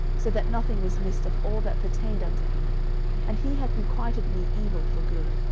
so that nothing was missed of all that pertained unto him and he hath requited me evil for good.